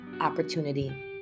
opportunity